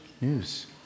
news